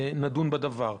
נדון בדבר.